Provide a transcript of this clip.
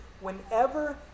whenever